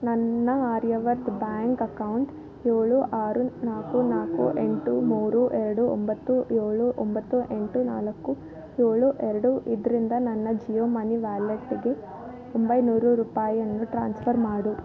ನನ್ನ Aryavarta bank account ಏಳು ಆರು ನಾಲ್ಕು ನಾಲ್ಕು ಎಂಟು ಮೂರು ಎರಡು ಒಂಬತ್ತು ಏಳು ಒಂಬತ್ತು ಎಂಟು ನಾಲ್ಕು ಏಳು ಎರಡು ಇದರಿಂದ ನನ್ನ ಜಿಯೋ ಮನಿ ವ್ಯಾಲೆಟ್ಗೆ ಒಂಬೈನೂರು ರೂಪಾಯನ್ನು ಟ್ರಾನ್ಸ್ಫರ್ ಮಾಡು